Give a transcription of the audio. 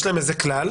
יש להם איזה כלל,